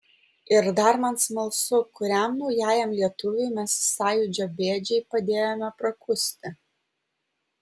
ir dar man smalsu kuriam naujajam lietuviui mes sąjūdžio bėdžiai padėjome prakusti